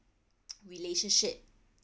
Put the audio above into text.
relationship